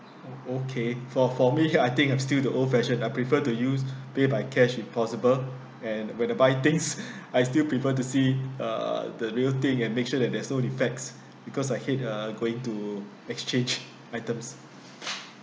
okay for for me here I think I'm still old fashioned I prefer to use pay by cash if possible and whether buy things I still prefer to see uh the real thing and make sure that there's no defects because I hate uh going to exchange items